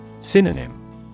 Synonym